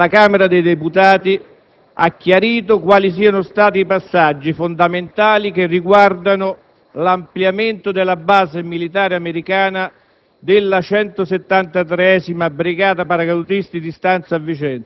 Soltanto il 30 gennaio scorso il ministro Parisi alla Camera dei deputati ha chiarito quali siano stati i passaggi fondamentali che riguardano l'ampliamento della base militare americana